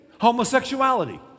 homosexuality